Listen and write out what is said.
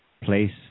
place